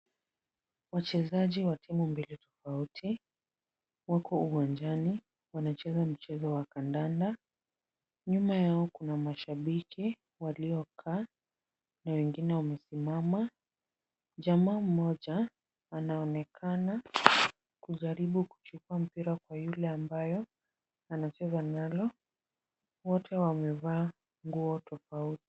Wachezaji wa timu mbili tofauti wako uwanjani wanacheza mchezo wa kandanda. Nyuma yao kuna mashabiki waliokaa na wengine wamesimama. Jamaa mmoja anaonekana akijaribu kuchukua mpira kwa yule ambaye anacheza nalo. Wote wamevaa nguo tofauti.